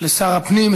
לשר הפנים.